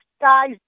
guys